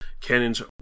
cannons